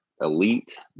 elite